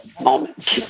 moment